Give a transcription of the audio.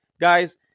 guys